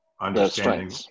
understanding